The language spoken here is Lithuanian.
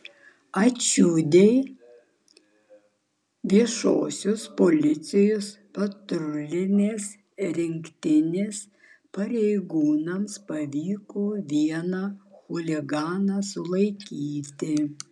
ačiūdie viešosios policijos patrulinės rinktinės pareigūnams pavyko vieną chuliganą sulaikyti